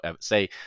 say